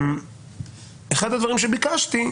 אחד הדברים שביקשתי,